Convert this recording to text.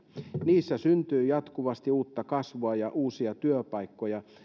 niissä syntyy jatkuvasti uutta kasvua ja uusia työpaikkoja